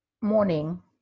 morning